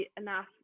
enough